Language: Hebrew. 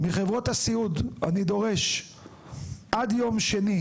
מחברות הסיעוד אני דורש עד יום שני